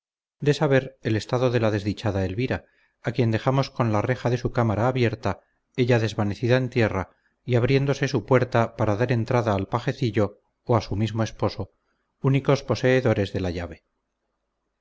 de saber el estado de la desdichada elvira a quien dejamos con la reja de su cámara abierta ella desvanecida en tierra y abriéndose su puerta para dar entrada al pajecillo o a su mismo esposo únicos poseedores de la llave